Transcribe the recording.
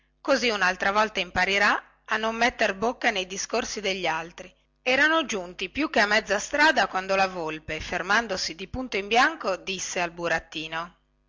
così unaltra volta imparerà a non metter bocca nei discorsi degli altri erano giunti più che a mezza strada quando la volpe fermandosi di punto in bianco disse al burattino